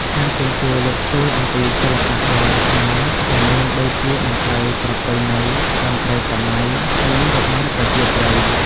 ថែមទាំងជួយលើកស្ទួយអំពីសិល្បៈបុរាណខ្មែរ ដែលមានដូចជាតន្ត្រីប្រពៃណី តន្រ្តីសម័យ និងរបាំប្រជាប្រិយ។